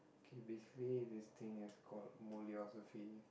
okay basically this thing is called Mole-osophy